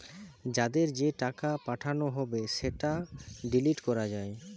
যাদের যে টাকা পাঠানো হবে সেটা ডিলিট করা যায়